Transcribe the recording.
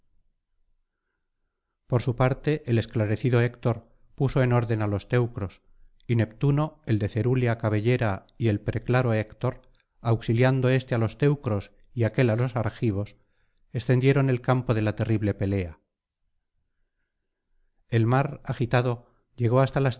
por su parte el esclarecido héctor puso en orden á los teucros y neptuno el de cerúlea cabellera y el preclaro héctor auxiliando éste álos teucros y aquél á los argivos extendieron el campo de la terrible pelea el mar agitado llegó hasta las